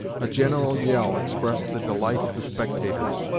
a general yell expressed the delight of the spectators,